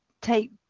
take